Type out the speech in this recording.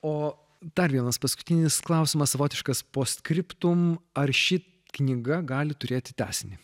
o dar vienas paskutinis klausimas savotiškas post scriptum ar ši knyga gali turėti tęsinį